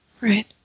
Right